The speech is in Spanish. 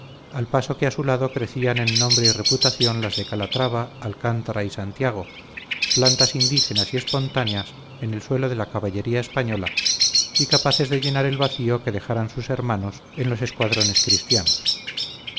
al paso que a su lado crecían en nombre y reputación las de calatrava alcántara y santiago plantas indígenas y espontáneas en el suelo de la caballería española y capaces de llenar el vacío que dejaran sus hermanos en los escuadrones cristianos